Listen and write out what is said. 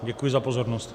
Děkuji za pozornost.